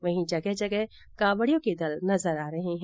वहीं जगह जगह कावडियों के दल नजर आ रहे है